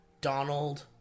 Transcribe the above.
Donald